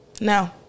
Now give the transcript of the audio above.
no